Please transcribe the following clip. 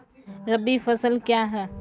रबी फसल क्या हैं?